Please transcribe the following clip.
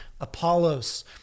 Apollos